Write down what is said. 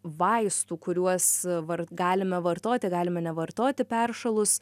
vaistų kuriuos var galime vartoti galime nevartoti peršalus